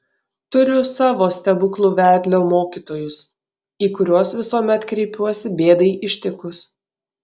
turiu savo stebuklų vedlio mokytojus į kuriuos visuomet kreipiuosi bėdai ištikus